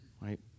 right